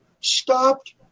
stopped